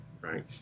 right